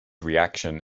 reaction